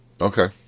Okay